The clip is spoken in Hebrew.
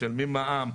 משלמים מע"מ,